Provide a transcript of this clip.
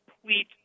complete